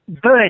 Good